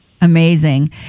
Amazing